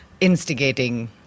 instigating